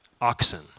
oxen